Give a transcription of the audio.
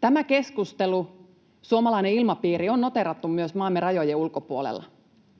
Tämä keskustelu, suomalainen ilmapiiri, on noteerattu myös maamme rajojen ulkopuolella,